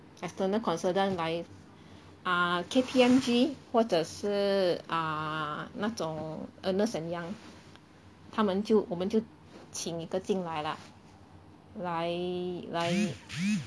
external consultant 来 uh KPMG 或者是 uh 那种 Ernst & Young 他们就我们就请一个进来啦来来